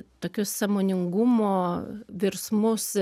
tokius sąmoningumo virsmus